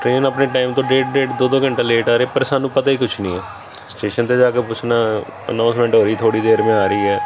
train ਆਪਣੇ time ਤੋਂ ਡੇਢ ਡੇਢ ਦੋ ਦੋ ਘੰਟੇ ਲੇਟ ਆ ਰਹੇ ਪਰ ਸਾਨੂੰ ਪਤਾ ਹੀ ਕੁਛ ਨਹੀਂ ਹੈ ਸਟੇਸ਼ਨ 'ਤੇ ਜਾ ਕੇ ਪੁੱਛਣਾ ਅਨਾਉਂਸਮੈਂਟ ਹੋ ਰਹੀ ਥੋੜ੍ਹੀ ਦੇਰ ਮੇਂ ਆ ਰਹੀ ਹੈ